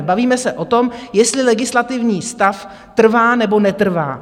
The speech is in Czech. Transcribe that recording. Bavíme se o tom, jestli legislativní stav trvá, nebo netrvá.